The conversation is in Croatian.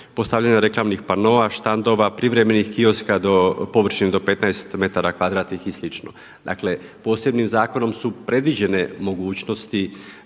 postavljanja reklamnih panoa, štandova, privremenih kioska do površine do 15 metara kvadratnih i slično. Dakle, posebnim zakonom su predviđene mogućnosti